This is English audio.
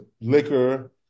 liquor